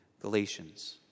Galatians